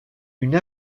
une